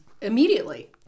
immediately